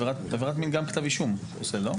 בעבירת מין זה מתייחס גם לכתב אישום, לא?